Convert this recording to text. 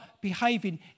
behaving